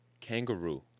Kangaroo